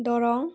Darrang